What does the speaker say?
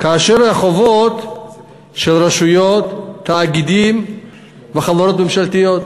כאשר החובות של רשויות, תאגידים וחברות ממשלתיות,